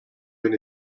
bin